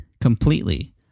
completely